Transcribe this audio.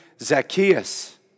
Zacchaeus